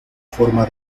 forma